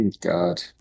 God